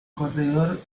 corredor